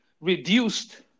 reduced